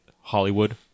Hollywood